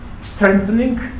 strengthening